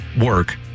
work